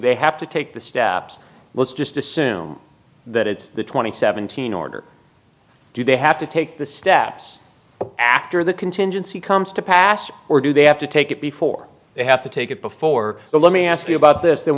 they have to take the steps let's just assume that it's twenty seventeen order do they have to take the steps after the contingency comes to pass or do they have to take it before they have to take it before but let me ask you about this